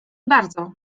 bardzo